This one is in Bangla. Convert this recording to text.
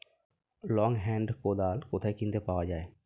লং হেন্ড কোদাল কোথায় কিনতে পাওয়া যায়?